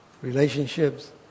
relationships